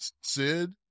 Sid